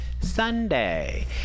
Sunday